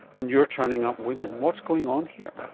and you're turning up women. what's going on here?